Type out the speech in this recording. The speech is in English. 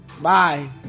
Bye